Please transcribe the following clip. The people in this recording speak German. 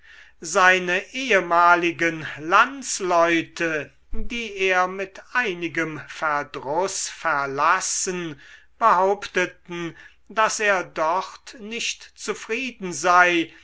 seine ehemaligen landsleute die er mit einigem verdruß verlassen behaupteten daß er dort nicht zufrieden sei